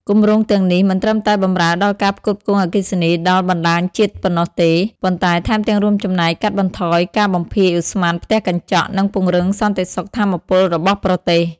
គម្រោងទាំងនេះមិនត្រឹមតែបម្រើដល់ការផ្គត់ផ្គង់អគ្គិសនីដល់បណ្តាញជាតិប៉ុណ្ណោះទេ ប៉ុន្តែថែមទាំងរួមចំណែកកាត់បន្ថយការបំភាយឧស្ម័នផ្ទះកញ្ចក់ និងពង្រឹងសន្តិសុខថាមពលរបស់ប្រទេស។